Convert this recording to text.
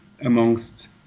amongst